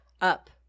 up